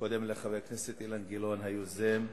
קודם לחבר הכנסת אילן גילאון, היוזם.